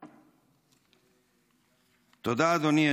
תודה, אדוני.